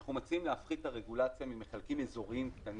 אנחנו מציעים להפחית את הרגולציה ממחלקים אזוריים קטנים.